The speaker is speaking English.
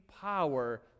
power